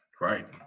right